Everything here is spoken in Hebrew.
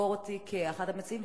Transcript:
נספור אותי כאחד המציעים,